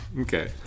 Okay